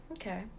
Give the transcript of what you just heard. Okay